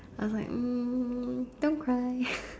I was like mm don't cry